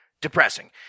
depressing